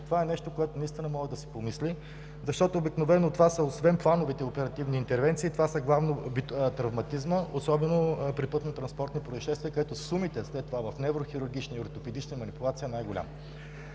Това е нещо, за което наистина може да се помисли, защото обикновено, освен плановите оперативни интервенции, това са главно травматизмът, особено при пътнотранспортни произшествия, където сумите след това в неврохирургична манипулация са най-големи.